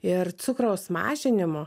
ir cukraus mažinimo